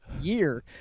year